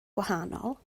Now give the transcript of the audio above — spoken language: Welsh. gwahanol